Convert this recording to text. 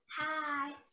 Hi